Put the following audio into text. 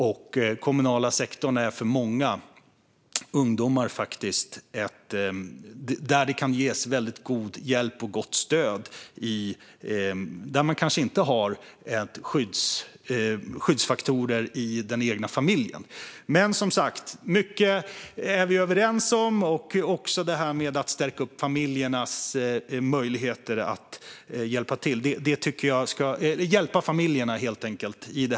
Den kommunala sektorn är för många ungdomar ett ställe där det kan ges god hjälp och gott stöd i lägen där man kanske inte har några skyddsfaktorer i den egna familjen. Mycket är vi som sagt överens om, till exempel detta med att hjälpa familjerna.